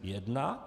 Jedna?